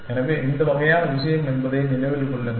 எனவே இந்த வகையான விஷயம் என்பதை நினைவில் கொள்ளுங்கள்